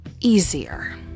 easier